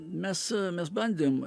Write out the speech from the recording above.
mes mes bandėm